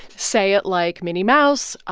say it like minnie mouse.